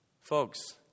Folks